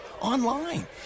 online